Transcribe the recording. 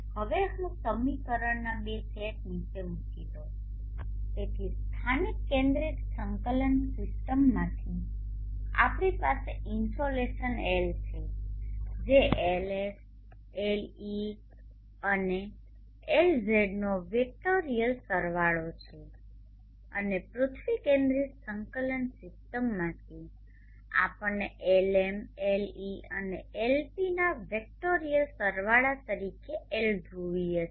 હવે હું સમીકરણના બે સેટ નીચે મૂકી દઉં તેથી સ્થાનિક કેન્દ્રિત સંકલન સીસ્ટમમાંથી આપણી પાસે ઇન્સોલેશન L છે જે LS LE અને LZનો વેક્ટોરીયલ સરવાળો છે અને પૃથ્વી કેન્દ્રિત સંકલન સીસ્ટમમાંથી આપણને LmLe અને Lp ના વેક્ટોરીઅલ સરવાળા તરીકે L ધ્રુવીય છે